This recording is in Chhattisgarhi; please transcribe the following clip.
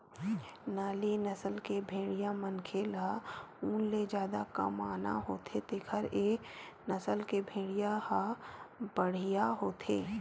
नाली नसल के भेड़िया मनखे ल ऊन ले जादा कमाना होथे तेखर ए नसल के भेड़िया ह बड़िहा होथे